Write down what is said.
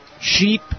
Sheep